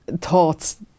thoughts